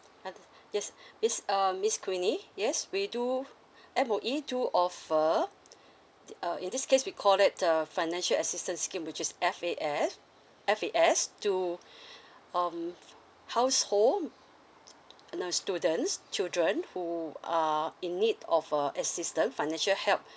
uh yes miss um miss quenny yes we do M_O_E do offer uh in this case we called that the financial assistance scheme which is F A F F A S to um household and the students children who are in need of a assistant financial help